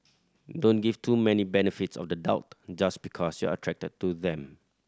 don't give too many benefits of the doubt just because you're attracted to them